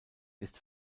ist